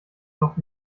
noch